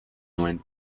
nuen